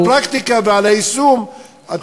על הפרקטיקה והיישום אתם תדברו אחר כך.